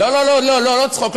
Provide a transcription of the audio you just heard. לא לא לא לא, לא צחוק.